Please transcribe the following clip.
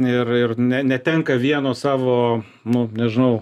ir ir ne netenka vieno savo nu nežinau